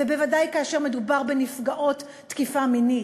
ובוודאי כשמדובר בנפגעות תקיפה מינית.